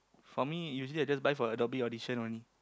for me usually I just buy for Adobe audition only